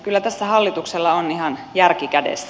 kyllä tässä hallituksella on ihan järki kädessä